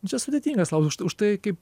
nu čia sudėtingas klausimas už užtai kaip